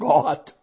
God